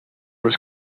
was